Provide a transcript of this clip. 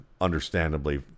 understandably